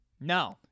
No